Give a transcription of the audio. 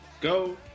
go